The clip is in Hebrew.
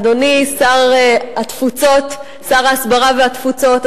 אדוני שר ההסברה והתפוצות,